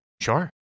sure